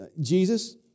Jesus